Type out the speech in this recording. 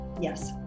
Yes